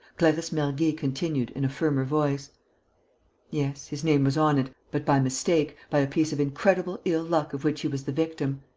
clarisse mergy continued, in a firmer voice yes, his name was on it, but by mistake, by a piece of incredible ill-luck of which he was the victim.